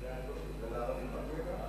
ההצעה להעביר את